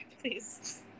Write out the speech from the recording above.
Please